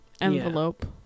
envelope